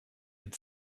had